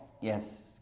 Yes